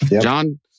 John